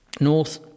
north